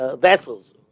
vessels